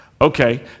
Okay